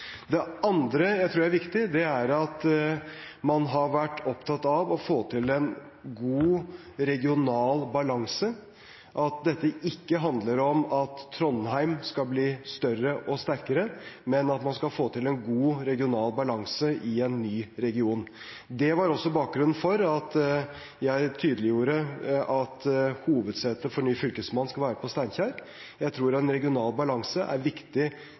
Det andre jeg tror er viktig, er at man har vært opptatt av å få til en god regional balanse, at dette ikke handler om at Trondheim skal bli større og sterkere, men at man skal få til en god regional balanse i en ny region. Det var også bakgrunnen for at jeg tydeliggjorde at hovedsetet for ny fylkesmann skal være i Steinkjer. Jeg tror en regional balanse er et viktig